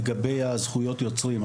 לגבי זכויות יוצרים.